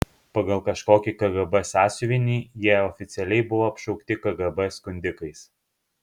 pagal kažkokį kgb sąsiuvinį jie oficialiai buvo apšaukti kgb skundikais